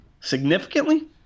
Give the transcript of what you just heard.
Significantly